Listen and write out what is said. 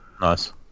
Nice